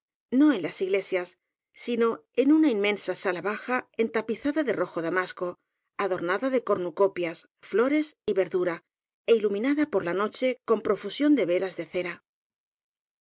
no en las iglesias sino en una inmensa sala baja entapi zada de rojo damasco adornada de cornucopias flores y verdura é iluminada por la noche con pro fusión de velas de cera